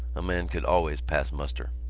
a man could always pass muster.